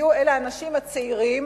יהיו אלה האנשים הצעירים,